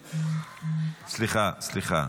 סליחה,